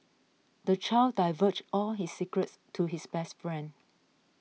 the child divulged all his secrets to his best friend